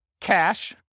cash